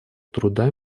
труда